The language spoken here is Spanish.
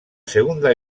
segunda